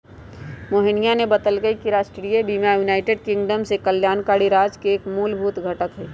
मोहिनीया ने बतल कई कि राष्ट्रीय बीमा यूनाइटेड किंगडम में कल्याणकारी राज्य के एक मूलभूत घटक हई